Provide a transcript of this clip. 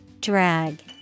Drag